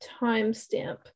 timestamp